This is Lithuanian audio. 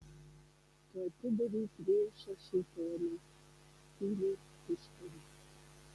tu atidavei kvėšą šėtonui tyliai ištarė